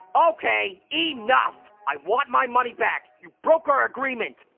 okay, enough! i want my money back. you broke our agreement!